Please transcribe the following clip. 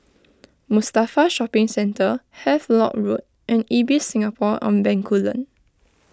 Mustafa Shopping Centre Havelock Road and Ibis Singapore on Bencoolen